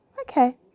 Okay